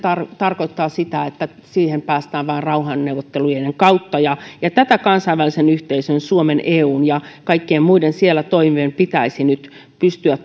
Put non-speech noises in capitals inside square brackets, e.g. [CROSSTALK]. tarkoittaa sitä että siihen päästään vain rauhanneuvottelujen kautta tätä kansainvälisen yhteisön suomen eun ja kaikkien muiden siellä toimivien pitäisi nyt pystyä [UNINTELLIGIBLE]